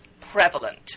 prevalent